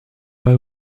pas